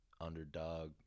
underdog